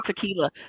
tequila